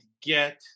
get